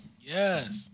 Yes